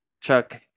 Chuck